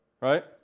Right